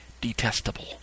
detestable